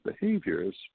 behaviors